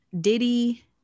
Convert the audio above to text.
Diddy